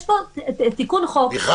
יש פה תיקון חוק -- מיכל, מיכל.